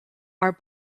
are